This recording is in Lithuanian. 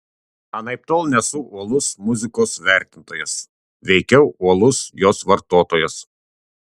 anaiptol nesu uolus muzikos vertintojas veikiau uolus jos vartotojas